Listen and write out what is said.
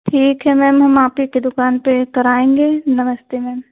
ठीक है मैम हम आप ही के दुकान पर कराएंगे नमस्ते मैम